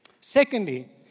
Secondly